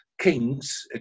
kings